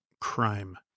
crime